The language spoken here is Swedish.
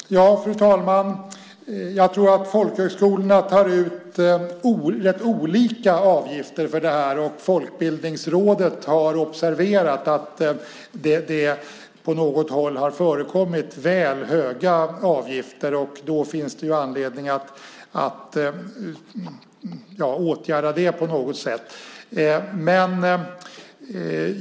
Fru talman! Jag tror att de avgifter som folkhögskolorna tar ut för detta är ganska olika. Folkbildningsrådet har observerat att det i enstaka fall har förekommit väl höga avgifter. Då finns det anledning att åtgärda det.